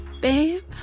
Babe